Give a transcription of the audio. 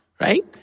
right